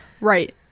Right